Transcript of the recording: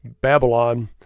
Babylon